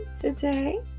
today